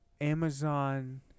Amazon